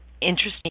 interesting